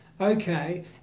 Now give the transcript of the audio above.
Okay